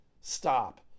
stop